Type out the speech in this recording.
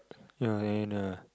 ya ya and a